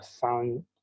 found